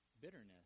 bitterness